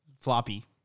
floppy